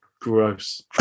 gross